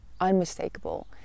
unmistakable